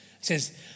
says